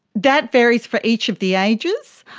that varies for each of the ages,